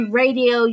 radio